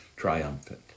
triumphant